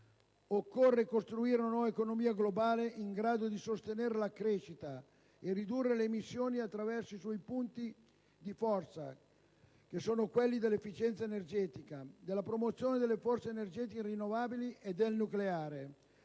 Occorre costruire una nuova economia globale in grado di sostenere la crescita e ridurre le emissioni attraverso i suoi punti di forza che sono quelli dell'efficienza energetica, della promozione delle fonti energetiche rinnovabili e del nucleare,